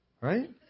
Right